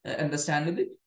Understandably